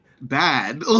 Bad